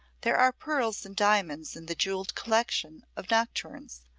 there are pearls and diamonds in the jewelled collection of nocturnes,